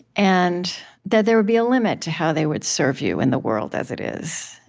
and that there would be a limit to how they would serve you in the world as it is.